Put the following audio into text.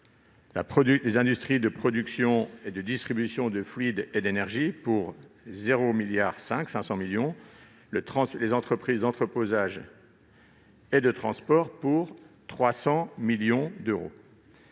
les industries de production et de distribution de fluides et d'énergie, pour 500 millions d'euros, et les entreprises d'entreposage et de transport, pour 300 millions d'euros.